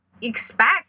expect